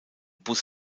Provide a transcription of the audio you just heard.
bus